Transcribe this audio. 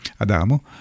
Adamo